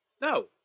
No